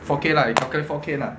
four K lah you calculate four K lah